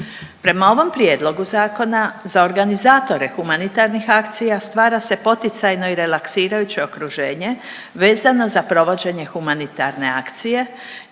Prema ovom prijedlogu zakona za organizatore humanitarnih akcija stvara se poticajno i relaksirajuće okruženje vezano za provođenje humanitarne akcije